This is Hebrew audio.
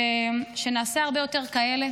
ושנעשה הרבה יותר כאלה